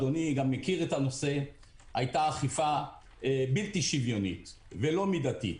אדוני גם מכיר את הנושא - היתה אכיפה בלתי שוויונית ולא מידתית.